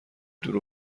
دور